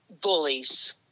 bullies